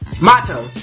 motto